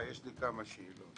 ויש פה מהות.